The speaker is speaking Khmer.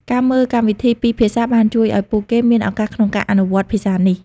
ការមើលកម្មវិធីពីរភាសាបានជួយឱ្យពួកគេមានឱកាសក្នុងការអនុវត្តភាសានេះ។